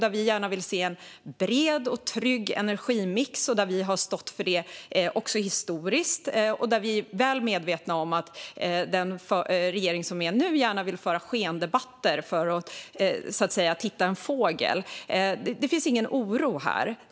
Vi vill gärna se en bred och trygg energimix och har stått för det också historiskt. Vi är väl medvetna om att nuvarande regering gärna vill föra skendebatter genom att säga: "Titta en fågel!" Det finns ingen oro här.